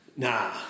Nah